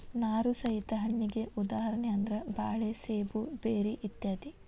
ನಾರು ಸಹಿತ ಹಣ್ಣಿಗೆ ಉದಾಹರಣೆ ಅಂದ್ರ ಬಾಳೆ ಸೇಬು ಬೆರ್ರಿ ಇತ್ಯಾದಿ